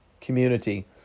community